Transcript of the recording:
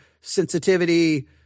sensitivity